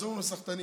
אז אומרים: הסחטנים.